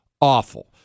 awful